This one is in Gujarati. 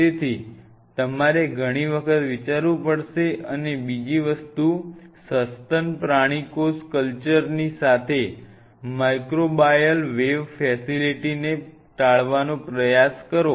તેથી તમારે ઘણી વખત વિચારવું પડશે અને બીજી વસ્તુ સસ્તન પ્રાણી કોષ કલ્ચર ની સાથે માઇક્રોબાયલ વેવ ફેસિલિટીને ટાળવાનો પ્રયાસ કરો